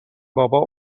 بابا